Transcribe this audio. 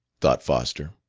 thought foster.